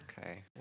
Okay